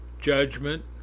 Judgment